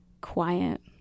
quiet